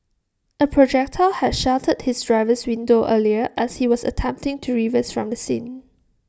A projectile had shattered his driver's window earlier as he was attempting to reverse from the scene